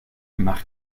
mach